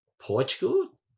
portugal